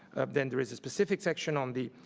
then there is a specific section on the